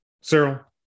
Cyril